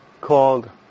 called